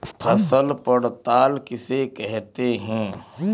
फसल पड़ताल किसे कहते हैं?